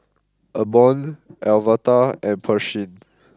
Ammon Alverda and Pershing